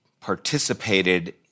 participated